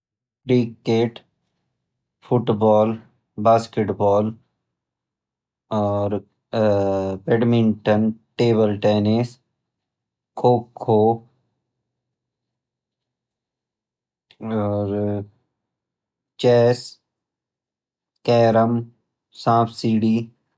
Cricket football basketball और badminton table tennis kho kho और चेस केरम सांप सीढी।